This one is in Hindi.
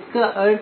Vout क्या है